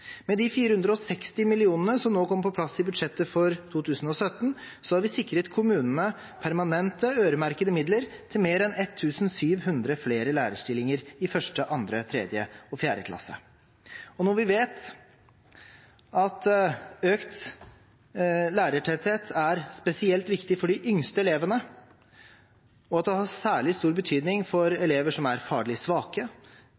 Med de 460 mill. kr som nå kommer på plass i budsjettet for 2017, har vi sikret kommunene permanente øremerkede midler til mer enn 1 700 flere lærerstillinger i første, andre, tredje og fjerde klasse. Når vi vet at økt lærertetthet er spesielt viktig for de yngste elevene, og at det har særlig stor betydning for